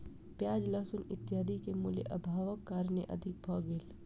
प्याज लहसुन इत्यादि के मूल्य, अभावक कारणेँ अधिक भ गेल